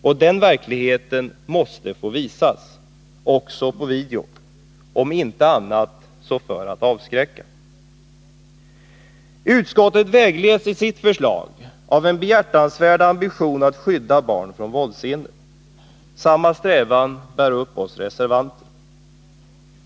Och den verkligheten måste få visas också på video, om inte annat så för att avskräcka. Utskottet vägleds i sitt förslag av en behjärtansvärd ambition att skydda barn från våldsscener. Samma strävan bär upp oss reservanter.